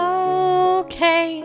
okay